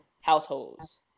households